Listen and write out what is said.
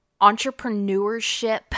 Entrepreneurship